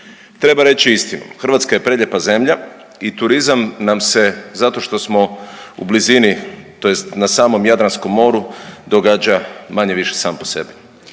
Treba reći istinu, Hrvatska je prelijepa zemlja i turizam nam se zato što smo u blizini tj. na samom Jadranskom moru događa manje-više sam po sebi.